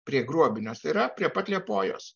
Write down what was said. prie gruobinios tai yra prie pat liepojos